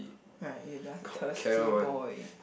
right you're just a thirsty boy